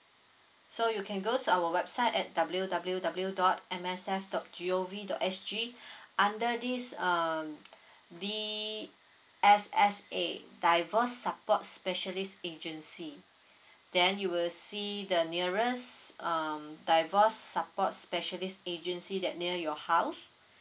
so you can go to our website at W W W dot M S F dot G_O_V dot S_G under this um D_S_S_A divorce support specialist agency then you will see the nearest um divorce support specialist agency that near your house